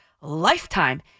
lifetime